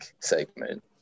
segment